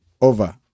over